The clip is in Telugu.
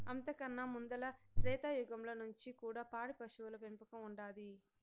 అంతకన్నా ముందల త్రేతాయుగంల నుంచి కూడా పాడి పశువుల పెంపకం ఉండాది